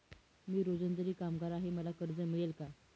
मी रोजंदारी कामगार आहे मला कर्ज मिळेल का?